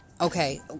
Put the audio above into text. Okay